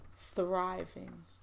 thriving